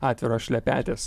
atviros šlepetės